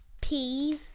peas